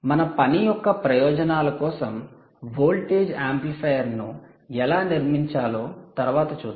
మన పని యొక్క ప్రయోజనాల కోసం వోల్టేజ్ యాంప్లిఫైయర్ను ఎలా నిర్మించాలో తరువాత చూద్దాం